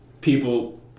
people